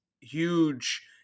huge